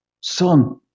Son